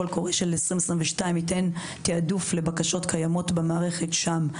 הקול קורא של 2022 ייתן תעדוף לבקשות קיימות במערכת שם,